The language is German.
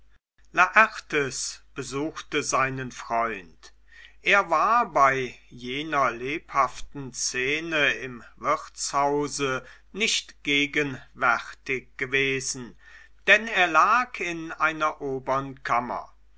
laertes besuchte seinen freund er war bei jener lebhaften szene im wirtshause nicht gegenwärtig gewesen denn er lag in einer